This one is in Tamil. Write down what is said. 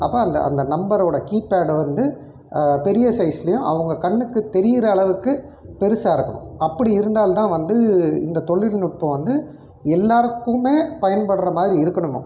அப்போ அந்த நம்பரோடய கீபேடு வந்து பெரிய சைஸ்லையும் அவங்க கண்ணுக்கு தெரியுற அளவுக்கு பெரிசாருக்கணும் அப்படி இருந்தால் தான் வந்து இந்த தொழில்நுட்பம் வந்து எல்லோருக்குமே பயன்படுகிற மாதிரி இருக்கணும்